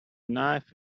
knife